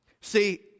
See